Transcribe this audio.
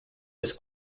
was